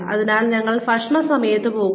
അതിനാൽ ഞങ്ങൾ ഭക്ഷണ സമയത്ത് പോകുന്നു